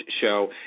Show